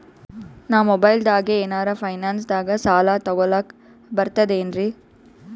ನಾ ಮೊಬೈಲ್ದಾಗೆ ಏನರ ಫೈನಾನ್ಸದಾಗ ಸಾಲ ತೊಗೊಲಕ ಬರ್ತದೇನ್ರಿ?